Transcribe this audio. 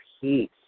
peace